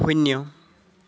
শূন্য